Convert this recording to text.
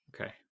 Okay